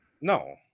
No